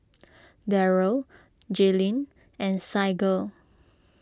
Darryll Jayleen and Saige